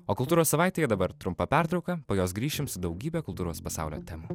o kultūros savaitėje dabar trumpa pertrauka po jos grįšim daugybę kultūros pasaulio temų